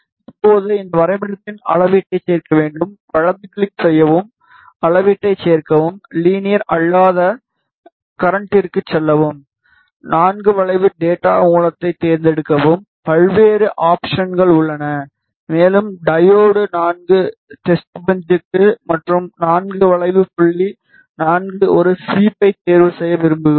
இப்போது இந்த வரைபடத்தில் அளவீட்டைச் சேர்க்க வேண்டும் வலது கிளிக் செய்யவும் அளவீட்டைச் சேர்க்கவும் லீனியர் அல்லாத கர்ரேண்டிருக்கு செல்லவும் IV வளைவு டேட்டா மூலத்தைத் தேர்ந்தெடுக்கவும் பல்வேறு ஆப்ஷன்கள் உள்ளன மேலும் டையோடு IV டெஸ்ட்பெஞ்ச் மற்றும் IV வளைவு புள்ளி IV 1 ஸ்வீப்பைத் தேர்வு செய்ய விரும்புகிறோம்